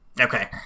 Okay